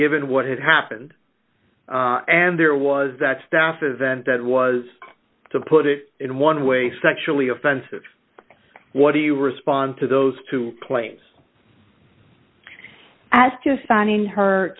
given what had happened and there was that staff event that was to put it in one way sexually offensive what do you respond to those two plates as to finding her